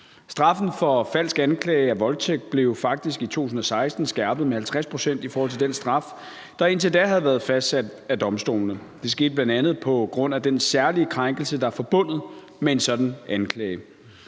Straffen for falsk anklage om voldtægt blev faktisk i 2016 skærpet med 50 pct. i forhold til den straf, der indtil da havde været fastsat af domstolene. Det skete bl.a. på grund af den særlige krænkelse, der er forbundet med en sådan anklage.